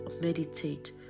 meditate